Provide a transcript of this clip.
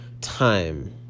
time